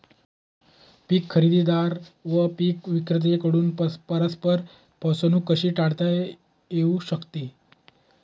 पीक खरेदीदार व पीक विक्रेत्यांकडून परस्पर फसवणूक कशी टाळता येऊ शकते?